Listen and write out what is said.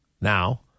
Now